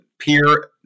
peer